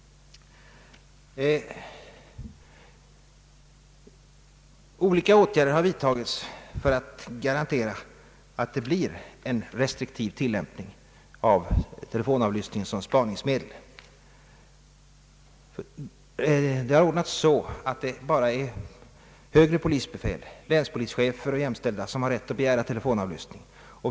Olika åtgärder har vidtagits för att garantera en restriktiv tillämpning av telefonavlyssningen som spaningsmedel. Det har ordnats så att det bara är högre polisbefäl, länspolischefer och jämställda, som har rätt att begära telefonavlyssning.